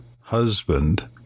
husband